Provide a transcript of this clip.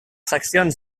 seccions